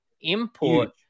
import